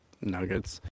Nuggets